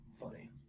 funny